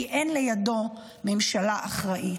כי אין לידו ממשלה אחראית.